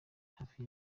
hafi